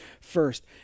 First